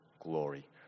glory